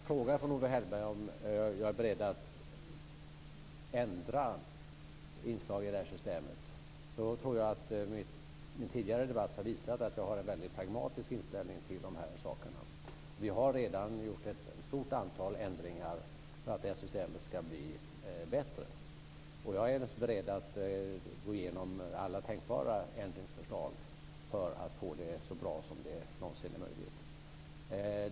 Fru talman! Som svar på en direkt fråga från Owe Hellberg om jag är beredd att ändra inslag i det här systemet vill jag säga att jag tror att den tidigare debatten har visat att jag har en väldigt pragmatisk inställning till de här sakerna. Vi har redan gjort ett stort antal ändringar för att det här systemet ska bli bättre. Jag är naturligtvis beredd att gå igenom alla tänkbara ändringsförslag för att få det så bra som möjligt.